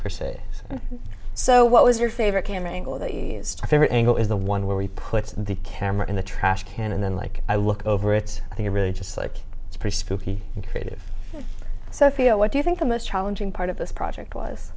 and so what was your favorite camera angle that used a favorite angle is the one where we put the camera in the trash can and then like i look over it i think i really just like it's pretty spooky and creative sophia what do you think the most challenging part of this project was